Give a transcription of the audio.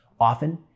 often